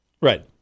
Right